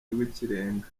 rw’ikirenga